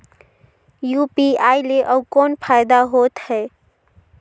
UPI ले अउ कौन फायदा होथ है?